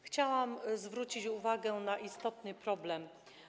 Chciałam zwrócić uwagę na istotny problem.